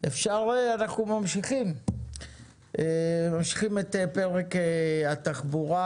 אנחנו ממשיכים את פרק התחבורה,